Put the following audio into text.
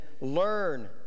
learn